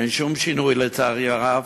אין שום שינוי, לצערי הרב,